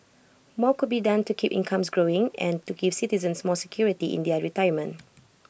more could be done to keep incomes growing and to give citizens more security in their retirement